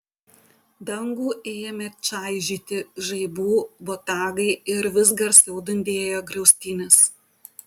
dangų ėmė čaižyti žaibų botagai ir vis garsiau dundėjo griaustinis